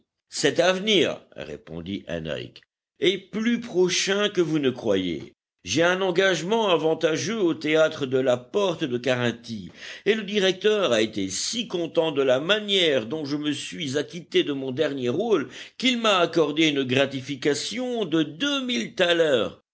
cet avenir répondit henrich est plus prochain que vous ne croyez j'ai un engagement avantageux au théâtre de la porte de carinthie et le directeur a été si content de la manière dont je me suis acquitté de mon dernier rôle qu'il m'a accordé une gratification de